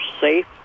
safe